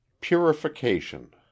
Purification